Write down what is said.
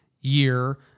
year